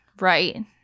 right